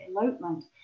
elopement